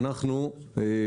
כמה